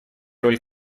роль